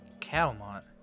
Calmont